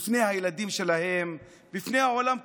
בפני הילדים שלהם, בפני העולם כולו?